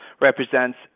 represents